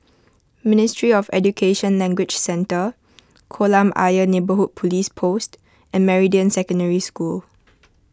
Ministry of Education Language Centre Kolam Ayer Neighbourhood Police Post and Meridian Secondary School